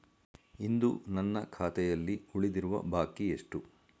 ಇಂದು ನನ್ನ ಖಾತೆಯಲ್ಲಿ ಉಳಿದಿರುವ ಬಾಕಿ ಎಷ್ಟು?